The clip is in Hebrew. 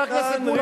חבר הכנסת הרצוג,